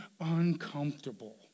uncomfortable